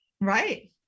right